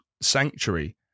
sanctuary